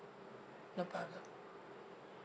no problem